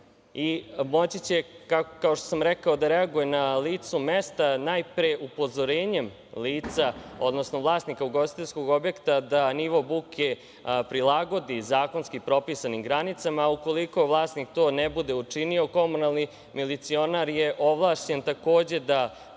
i moći će, kao što sam rekao, da reaguje na licu mesta najpre upozorenjem lica odnosno vlasnika ugostiteljskog objekta da nivo buke prilagodi zakonski propisanim granicama, a ukoliko vlasnik to ne bude učinio, komunalni milicionar je ovlašćen takođe da